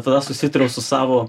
tada susitariau su savo